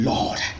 Lord